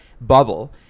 bubble